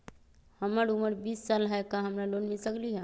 हमर उमर बीस साल हाय का हमरा लोन मिल सकली ह?